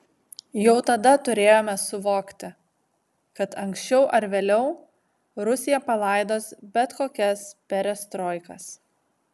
jau tada turėjome suvokti kad anksčiau ar vėliau rusija palaidos bet kokias perestroikas